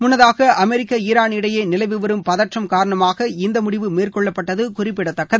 முன்ளதாக America Iran இடையே நிலவிவரும் பதற்றம் காரணமாக இந்த முடிவு மேற்கொள்ளப்பட்டது குறிப்பிடத்தக்கது